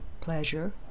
pleasure